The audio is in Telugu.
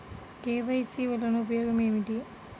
కే.వై.సి వలన ఉపయోగం ఏమిటీ?